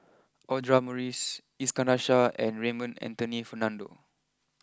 Audra Morrice Iskandar Shah and Raymond Anthony Fernando